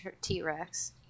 T-Rex